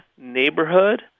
neighborhood